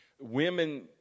women